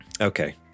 Okay